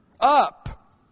up